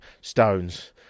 stones